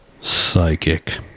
Psychic